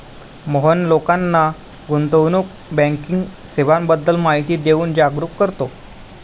मोहन लोकांना गुंतवणूक बँकिंग सेवांबद्दल माहिती देऊन जागरुक करतो